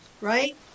right